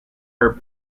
her